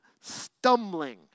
stumbling